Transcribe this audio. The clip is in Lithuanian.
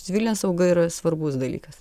civilinė sauga yra svarbus dalykas